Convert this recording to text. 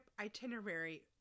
itinerary